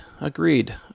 Agreed